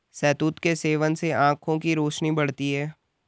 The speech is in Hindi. शहतूत के सेवन से आंखों की रोशनी बढ़ती है